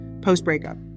post-breakup